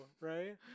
right